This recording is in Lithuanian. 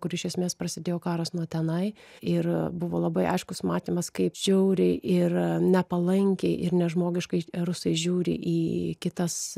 kur iš esmės prasidėjo karas nuo tenai ir buvo labai aiškus matymas kaip žiauriai ir nepalankiai ir nežmogiškai rusai žiūri į kitas